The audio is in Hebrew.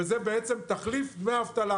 וזה תחליף דמי אבטלה.